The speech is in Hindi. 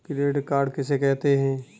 क्रेडिट कार्ड किसे कहते हैं?